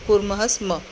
कुर्मः स्म